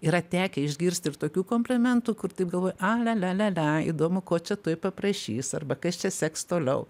yra tekę išgirst ir tokių komplimentų kur taip galvoji a lia lia lia lia įdomu ko čia tuoj paprašys arba kas čia seks toliau